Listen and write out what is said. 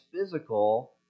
physical